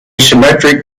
symmetric